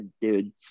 dude